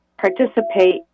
participate